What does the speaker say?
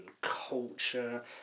culture